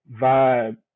vibe